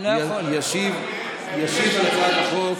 ישיב על הצעת החוק